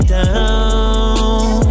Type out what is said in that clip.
down